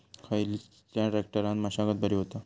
खयल्या ट्रॅक्टरान मशागत बरी होता?